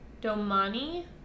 Domani